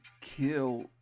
kill